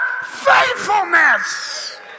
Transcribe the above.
faithfulness